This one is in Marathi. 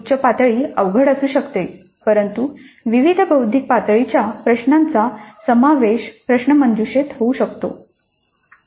उच्च पातळी अवघड असू शकते परंतु विविध बौद्धिक पातळीच्या प्रश्नांचा समावेश प्रश्नमंजुषेत होऊ शकतो